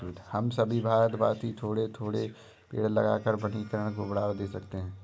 हम सभी भारतवासी थोड़े थोड़े पेड़ लगाकर वनीकरण को बढ़ावा दे सकते हैं